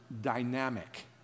dynamic